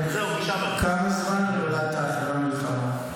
כמה זמן אחרי המלחמה נולדת?